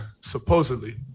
supposedly